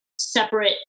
separate